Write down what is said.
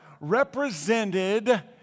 represented